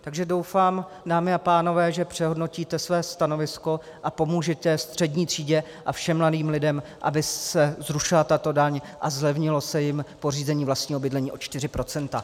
Takže doufám, dámy a pánové, že přehodnotíte své stanovisko a pomůžete střední třídě a všem mladým lidem, aby se zrušila tato daň a zlevnilo se jim pořízení vlastního bydlení o 4 %.